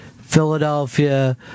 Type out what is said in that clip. Philadelphia